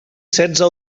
setze